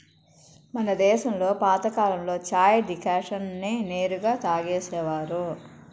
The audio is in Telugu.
మన దేశంలో పాతకాలంలో చాయ్ డికాషన్ నే నేరుగా తాగేసేవారు